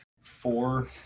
four